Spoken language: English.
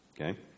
okay